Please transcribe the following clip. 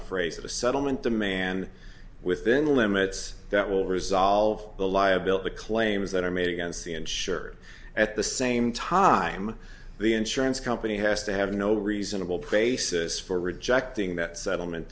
phrase the settlement demand within limits that will resolve the liability claims that are made against the end shirt at the same time the insurance company has to have no reasonable places for rejecting that settlement